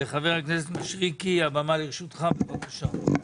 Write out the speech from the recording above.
חבר הכנסת משריקי, הבמה לרשותך, בבקשה.